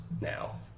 now